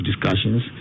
discussions